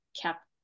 kept